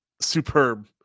Superb